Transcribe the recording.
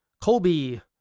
Colby